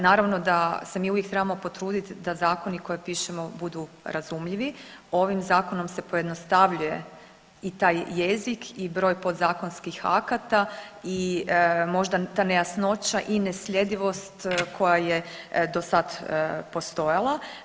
Naravno da se mi uvijek trebamo potrudit da zakoni koje pišemo budu razumljivi, ovim zakonom se pojednostavljuje i taj jezik i broj podzakonskih akata i možda ta nejasnoća i nesljedivost koja je dosad postojala.